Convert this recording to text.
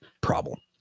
problem